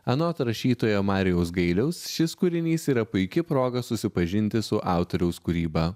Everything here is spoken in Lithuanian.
anot rašytojo marijaus gailiaus šis kūrinys yra puiki proga susipažinti su autoriaus kūryba